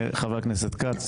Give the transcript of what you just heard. חבר הכנסת כץ,